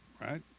right